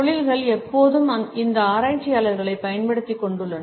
தொழில்கள் எப்போதும் இந்த ஆராய்ச்சியாளர்களைப் பயன்படுத்திக் கொண்டுள்ளன